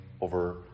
over